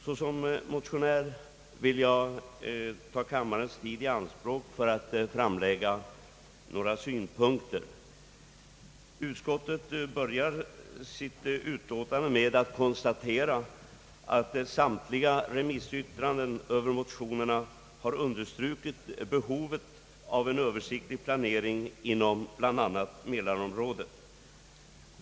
Såsom motionär vill jag ta kammarens tid i anspråk för att framlägga några synpunkter. Utskottet börjar sitt utlåtande med att konstatera att samtliga remissyttranden över motionerna har understrukit behovet av en översiktlig planering inom bland annat mälarområdet.